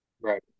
right